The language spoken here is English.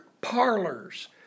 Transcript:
parlors